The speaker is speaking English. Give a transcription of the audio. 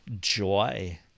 joy